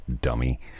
dummy